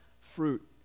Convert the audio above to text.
fruit